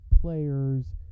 players